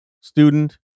student